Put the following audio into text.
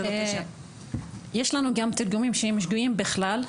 גם תרגומים שהם שגויים בכלל,